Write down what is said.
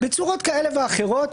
בצורות כאלה ואחרות.